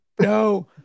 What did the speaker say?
no